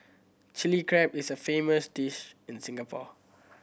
Chilli Crab is a famous dish in Singapore